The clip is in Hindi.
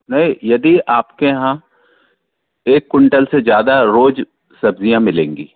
नहीं यदि आपके यहाँ एक कुंटल से ज़्यादा रोज सब्ज़ियाँ मिलेंगी